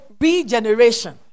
regeneration